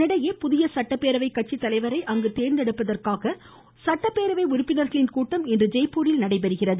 இதனிடையே புதிய சட்டப்பேரவை கட்சித்தலைவரை தேர்ந்தெடுப்பதற்காக புதிய சட்டப்பேரவை உறுப்பினர்களின் கூட்டம் இன்று ஜெய்பூரில் நடைபெறுகிறது